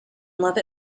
love